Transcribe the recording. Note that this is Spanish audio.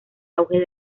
auge